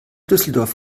düsseldorf